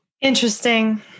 Interesting